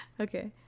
Okay